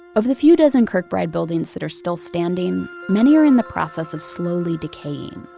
of the few dozen kirkbride buildings that are still standing, many are in the process of slowly decaying.